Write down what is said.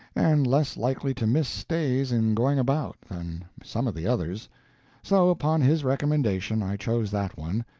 and less likely to miss stays in going about than some of the others so, upon his recommendation i chose that one,